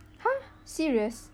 !huh! serious